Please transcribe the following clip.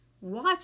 watch